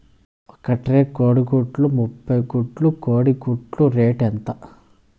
ఒక ట్రే కోడిగుడ్లు ముప్పై గుడ్లు కోడి గుడ్ల రేటు ఎంత?